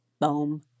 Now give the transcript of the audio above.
Boom